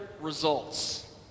results